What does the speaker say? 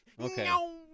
okay